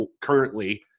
currently